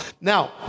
Now